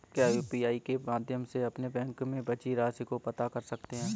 क्या यू.पी.आई के माध्यम से अपने बैंक में बची राशि को पता कर सकते हैं?